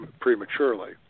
prematurely